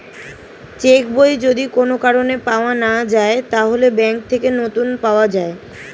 check বই যদি কোন কারণে পাওয়া না যায়, তাহলে ব্যাংক থেকে নতুন পাওয়া যায়